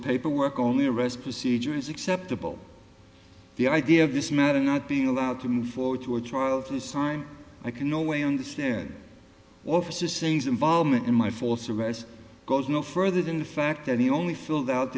paperwork only arrest procedure is acceptable the idea of this matter not being allowed to move forward to a trial of this time i can no way understand offices things involvement in my false arrest goes no further than the fact that he only filled out